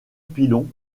pilon